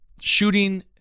shooting